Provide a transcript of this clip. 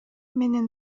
менен